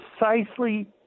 precisely